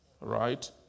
Right